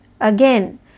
again